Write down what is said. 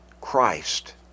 Christ